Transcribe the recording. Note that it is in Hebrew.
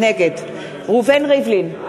נגד ראובן ריבלין,